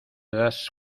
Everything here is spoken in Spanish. das